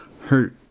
hurt